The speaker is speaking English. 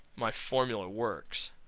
my formula works.